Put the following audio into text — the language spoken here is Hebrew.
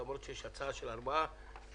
למרות שיש הצעה של ארבעה מתווים,